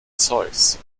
zeus